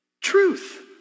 truth